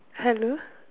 hello